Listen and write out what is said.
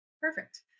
perfect